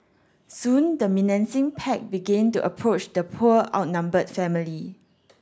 soon the menacing pack began to approach the poor outnumbered family